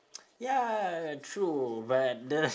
ya true but the